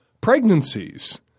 pregnancies